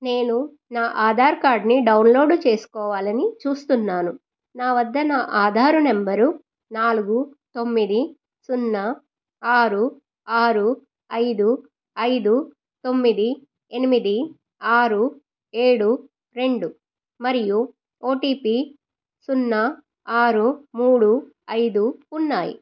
నేను నా ఆధార్ కార్డ్ని డౌన్లోడ్ చేసుకోవాలని చూస్తున్నాను నా వద్ద నా ఆధారు నెంబరు నాలుగు తొమ్మిది సున్నా ఆరు ఆరు ఐదు ఐదు తొమ్మిది ఎనిమిది ఆరు ఏడు రెండు మరియు ఓ టీ పీ సున్నా ఆరు మూడు ఐదు ఉన్నాయి